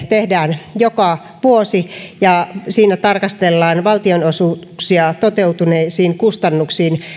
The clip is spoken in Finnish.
tehdään joka vuosi ja siinä tarkastellaan valtionosuuksia toteutuneisiin kustannuksiin